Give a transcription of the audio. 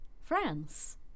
France